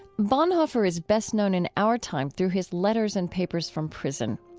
bonhoeffer is best known in our time through his letters and papers from prison.